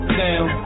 down